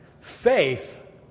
Faith